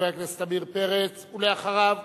חבר הכנסת עמיר פרץ, ואחריו,